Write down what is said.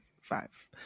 Five